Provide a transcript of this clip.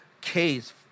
case